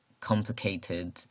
complicated